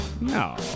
No